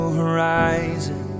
horizon